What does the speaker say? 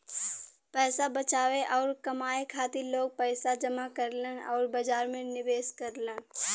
पैसा बचावे आउर कमाए खातिर लोग पैसा जमा करलन आउर बाजार में निवेश करलन